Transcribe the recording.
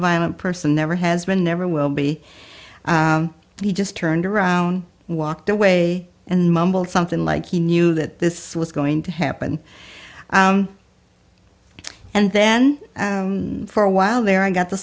violent person never has been never will be he just turned around and walked away and mumbled something like he knew that this was going to happen and then for a while there i got the